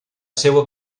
seua